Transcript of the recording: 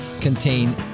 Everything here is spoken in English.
contain